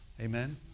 Amen